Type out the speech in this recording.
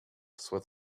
sois